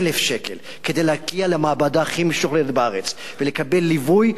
1,000 שקל כדי להגיע למעבדה הכי משוכללת בארץ ולקבל ליווי.